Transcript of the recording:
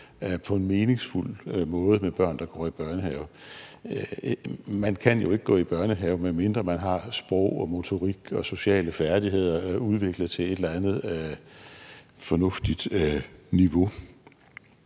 på en meningsfuld måde med børn, der går i børnehave. Man kan ikke gå i børnehave, medmindre man har sprog og motorik og sociale færdigheder udviklet til et eller andet fornuftigt niveau,